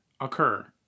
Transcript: occur